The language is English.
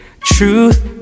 Truth